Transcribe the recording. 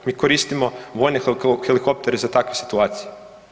Mi koristimo vojne helikoptere za takve situacije.